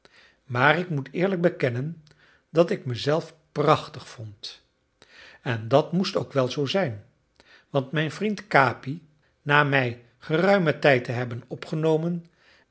maar ik moet eerlijk bekennen dat ik me zelf prachtig vond en dat moest ook wel zoo zijn want mijn vriend capi na mij geruimen tijd te hebben opgenomen